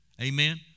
Amen